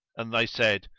and they said,